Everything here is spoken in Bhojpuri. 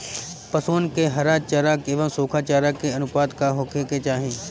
पशुअन के हरा चरा एंव सुखा चारा के अनुपात का होखे के चाही?